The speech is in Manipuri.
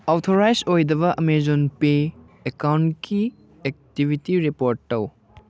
ꯑꯣꯊꯣꯔꯥꯏꯁ ꯑꯣꯏꯗꯕ ꯑꯥꯃꯥꯖꯣꯟ ꯄꯦ ꯑꯦꯛꯀꯥꯎꯟꯒꯤ ꯑꯦꯛꯇꯤꯕꯤꯇꯤ ꯔꯤꯄꯣꯔꯠ ꯇꯧ